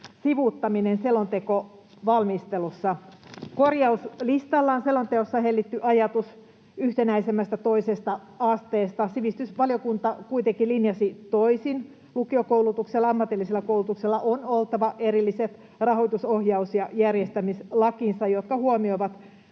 sivuuttaminen selontekovalmistelussa. Korjauslistalla on selonteossa hellitty ajatus yhtenäisemmästä toisesta asteesta. Sivistysvaliokunta kuitenkin linjasi toisin: lukiokoulutuksella ja ammatillisella koulutuksella on oltava erilliset rahoitus-, ohjaus- ja järjestämislakinsa, jotka huomioivat